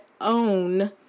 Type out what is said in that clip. own